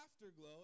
Afterglow